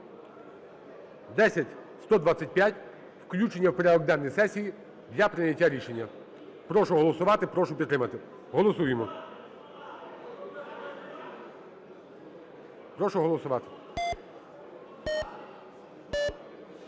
10125: включення в порядок денний сесії для прийняття рішення. Прошу голосувати. Прошу підтримати. Голосуємо. Прошу голосувати.